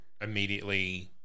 immediately